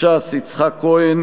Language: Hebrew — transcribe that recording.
ש"ס: יצחק כהן.